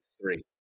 three